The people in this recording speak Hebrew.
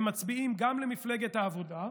הם מצביעים גם למפלגת העבודה,